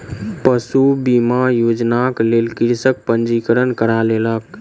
पशु बीमा योजनाक लेल कृषक पंजीकरण करा लेलक